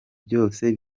byose